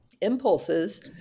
impulses